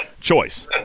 choice